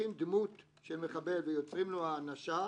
כשלוקחים דמות של מחבל ויוצרים לו האנשה,